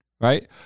Right